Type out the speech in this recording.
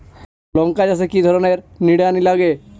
লঙ্কা চাষে কি ধরনের নিড়ানি লাগে?